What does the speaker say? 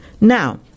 Now